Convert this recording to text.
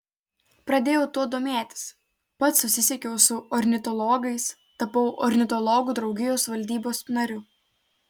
pradėjau tuo domėtis pats susisiekiau su ornitologais tapau ornitologų draugijos valdybos nariu